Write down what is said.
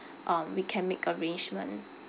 um we can make arrangement